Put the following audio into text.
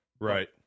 Right